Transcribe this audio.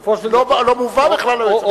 בסופו של, לא מובא בכלל ליועץ המשפטי.